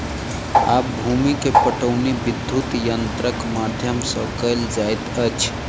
आब भूमि के पाटौनी विद्युत यंत्रक माध्यम सॅ कएल जाइत अछि